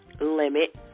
limit